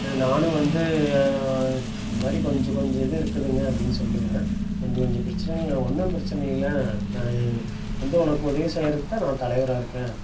நானும் வந்து இது மாதிரி கொஞ்சம் கொஞ்சம் இது இருக்குதுங்க அப்படின்னு சொல்லுவேன் கொஞ்சம் கொஞ்சம் பிரச்சினைகள் ஒன்றும் பிரச்சினை இல்லை நான் வந்து உனக்கு உதவி செய்கிறதுக்கு தான் நான் தலைவராக இருக்கேன்